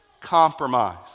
compromise